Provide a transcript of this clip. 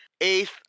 Eighth